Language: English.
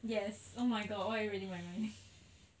yes oh my god why are you reading my mind